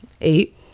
eight